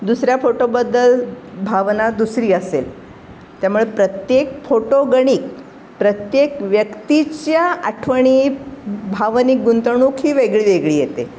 दुसऱ्या फोटोबद्दल भावना दुसरी असेल त्यामुळे प्रत्येक फोटोगणिक प्रत्येक व्यक्तीच्या आठवणी भावनिक गुंतवणूक ही वेगळी वेगळी येते